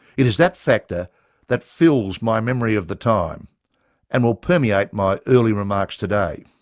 it is that factor that fills my memory of the time and will permeate my early remarks today.